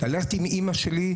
ללכת עם אימא שלי,